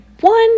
one